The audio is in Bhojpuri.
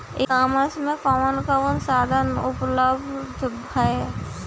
ई कॉमर्स में कवन कवन साधन उपलब्ध ह?